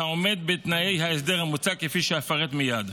והעומד בתנאי ההסדר המוצע, כפי שאפרט מייד.